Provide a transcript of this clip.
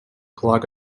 clog